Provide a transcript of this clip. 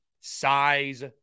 size